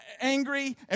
angry